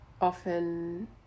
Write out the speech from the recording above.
often